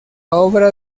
obra